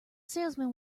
salesman